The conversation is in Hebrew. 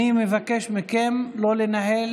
אני מבקש מכם לא לנהל שיחות, סליחה.